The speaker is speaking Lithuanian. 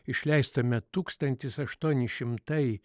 išleistame tūkstantis aštuoni šimtai